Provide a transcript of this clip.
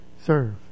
Serve